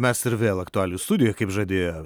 mes ir vėl aktualijų studijoj kaip žadėjau